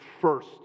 First